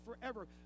forever